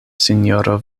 sinjoro